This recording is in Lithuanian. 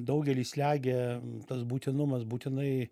daugelį slegia tas būtinumas būtinai